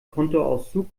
kontoauszug